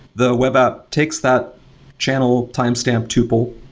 the web app takes that channel timestamp tuple,